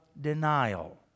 denial